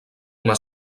una